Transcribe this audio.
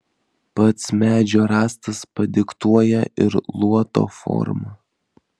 pats medžio rąstas padiktuoja ir luoto formą